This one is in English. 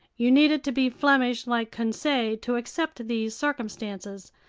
you needed to be flemish like conseil to accept these circumstances,